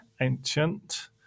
ancient